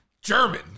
German